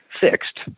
fixed